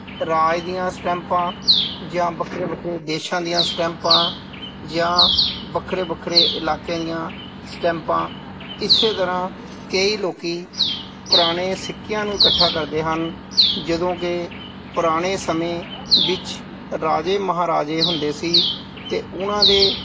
ਰਾਜ ਦੀਆਂ ਸਟੈਂਪਾਂ ਜਾਂ ਵੱਖਰੇ ਵੱਖਰੇ ਦੇਸ਼ਾਂ ਦੀਆਂ ਸਟੈਂਪਾਂ ਜਾਂ ਵੱਖਰੇ ਵੱਖਰੇ ਇਲਾਕੇ ਦੀਆਂ ਸਟੈਂਪਾਂ ਇਸੇ ਤਰ੍ਹਾਂ ਕਈ ਲੋਕੀ ਪੁਰਾਣੇ ਸਿੱਕਿਆਂ ਨੂੰ ਇਕੱਠਾ ਕਰਦੇ ਹਨ ਜਦੋਂ ਕਿ ਪੁਰਾਣੇ ਸਮੇਂ ਵਿੱਚ ਰਾਜੇ ਮਹਾਰਾਜੇ ਹੁੰਦੇ ਸੀ ਤੇ ਉਹਨਾਂ ਦੇ